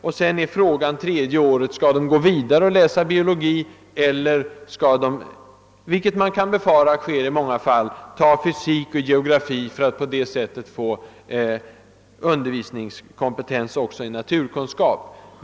Sedan är frågan om de under det tredje året skall gå vidare i biologistudierna eller om de — vilket man kan befara sker i många fall — skall välja fysik och geografi för att på det sättet få undervisningskompetens också i naturkunskap.